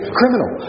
criminal